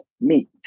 meat